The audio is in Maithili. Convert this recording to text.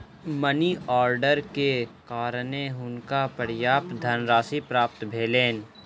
मनी आर्डर के कारणें हुनका पर्याप्त धनराशि प्राप्त भेलैन